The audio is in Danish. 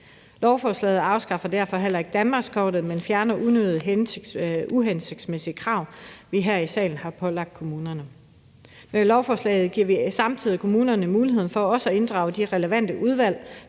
Lovforslaget afskaffer derfor heller ikke danmarkskortet, men fjerner unødig uhensigtsmæssige krav, vi her i salen har pålagt kommunerne. Med lovforslaget giver vi samtidig kommunerne muligheden for også at inddrage de relevante udvalg,